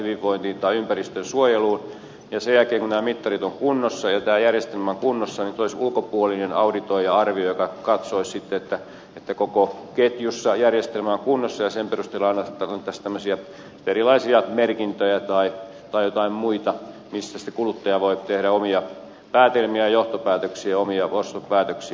sen jälkeen kun nämä mittarit ovat kunnossa ja tämä järjestelmä on kunnossa tulisi ulkopuolinen auditoija arvioija joka katsoisi sitten että koko ketjussa järjestelmä on kunnossa ja sen perusteella annettaisiin erilaisia merkintöjä tai jotain muita mistä sitten kuluttaja voi tehdä omia päätelmiä johtopäätöksiä ja omia ostopäätöksiä